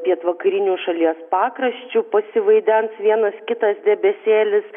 pietvakariniu šalies pakraščiu pasivaidens vienas kitas debesėlis